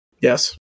Yes